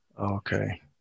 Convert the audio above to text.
Okay